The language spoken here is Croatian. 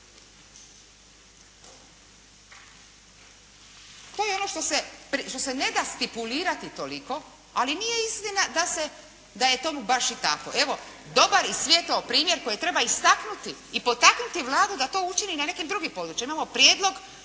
To je ono što se ne da stipulirati toliko, ali nije istina da je u tome baš i tako. Evo dobar i svijetao primjer koji treba istaknuti i potaknuti Vladu d to učini na nekim drugim područjima.